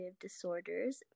disorders